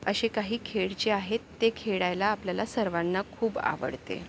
असे काही खेळ जे आहेत ते खेळायला आपल्याला सर्वांना खूप आवडते